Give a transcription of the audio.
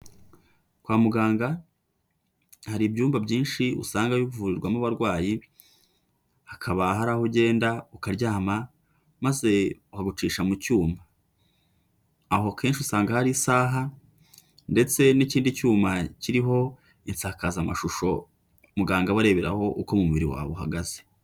Kwa muganga hari ibyumba byinshi usanga bivurirwamo abarwayi, hakaba hari aho ugenda ukaryama maze bakagucisha mu cyuma, aho kenshi usanga hari isaha ndetse n'ikindi cyuma kiriho insakazamashusho muganga aba areberaho uko umubiri wawe uhagaze.